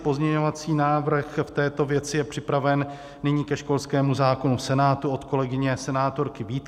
Pozměňovací návrh v této věci je připraven nyní ke školskému zákonu v Senátu od kolegyně senátorky Vítkové.